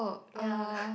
ya